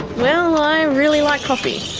well, i really like coffee.